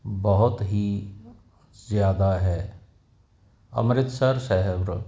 ਬਹੁਤ ਹੀ ਜਿਆਦਾ ਹੈ ਅੰਮ੍ਰਿਤਸਰ ਸਾਹਿਬ